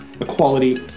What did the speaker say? equality